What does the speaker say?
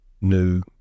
new